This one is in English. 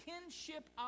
kinship